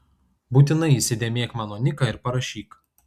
būtinai įsidėmėk mano niką ir parašyk